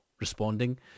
responding